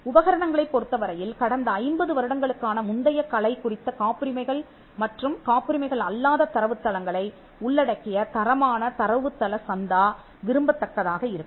உபகரணங்களைப் பொறுத்தவரையில் கடந்த 50 வருடங்களுக்கான முந்தைய கலை குறித்த காப்புரிமைகள் மற்றும் காப்புரிமைகள் அல்லாத தரவுத் தளங்களை உள்ளடக்கிய தரமான தரவுத்தள சந்தா விரும்பத்தக்கதாக இருக்கும்